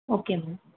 okay ma'am